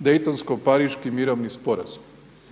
daytonsko-pariški mirovini sporazum